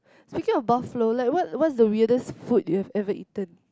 speaking of buffalo like what what's the weirdest food you've ever eaten